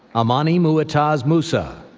amanie muataz musa,